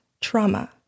trauma